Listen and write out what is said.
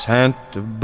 Santa